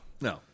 No